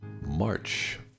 March